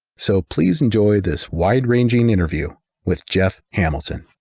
so please enjoy this wide ranging interview with jeff hamilton.